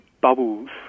bubbles